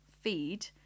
feed